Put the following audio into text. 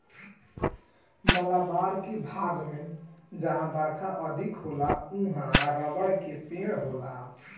मालाबार के भाग में जहां बरखा अधिका होला उहाँ रबड़ के पेड़ होला